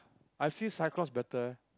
I feel Cyclops better leh